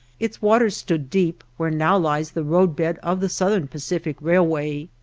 its waters stood deep where now lies the road-bed of the southern pacific railway,